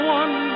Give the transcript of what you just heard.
one